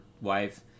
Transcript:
wife